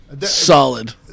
Solid